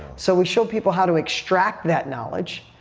so we show people how to extract that knowledge.